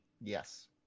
Yes